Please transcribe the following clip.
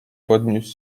podniósł